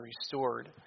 restored